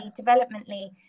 developmentally